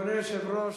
אדוני היושב-ראש,